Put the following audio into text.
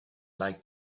like